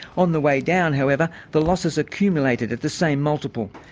on the way down, however, the losses accumulated at the same multiple.